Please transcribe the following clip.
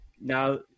now